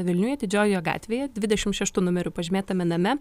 vilniuje didžiojoje gatvėje dvidešim šeštu numeriu pažymėtame name